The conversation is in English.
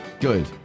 Good